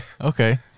Okay